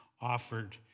offered